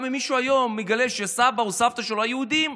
גם אם מישהו היום מגלה שסבא או סבתא שלו היו יהודים,